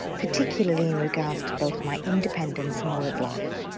particularly in regards to both my independence and work life.